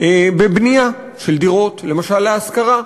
בבנייה של דירות, למשל להשכרה.